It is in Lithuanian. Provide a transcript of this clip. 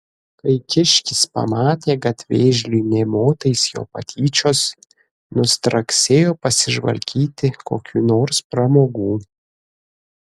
kai kiškis pamatė kad vėžliui nė motais jo patyčios nustraksėjo pasižvalgyti kokių nors pramogų